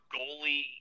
goalie